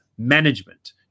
management